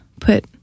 put